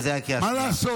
מה את אומרת?